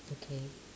okay